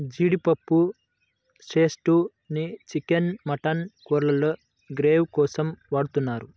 జీడిపప్పు పేస్ట్ ని chicken, mutton కూరల్లో గ్రేవీ కోసం వాడుతున్నారు